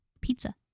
pizza